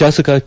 ಶಾಸಕ ಕೆ